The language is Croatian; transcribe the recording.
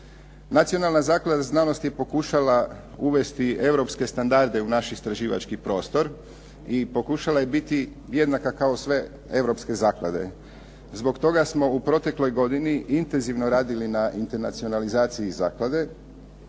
Nacionalna naklada za znanost je pokušala uvesti europske standarde u naš istraživački prostor i pokušala je biti jednaka kao sve europske zaklade. Zbog toga smo u protekloj godini intenzivno radili na internacionalizaciji zaklade.